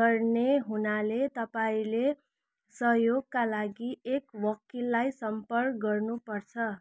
गर्ने हुनाले तपाईँले सहयोगका लागि एक वकिललाई सम्पर्क गर्नुपर्छ